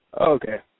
Okay